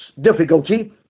difficulty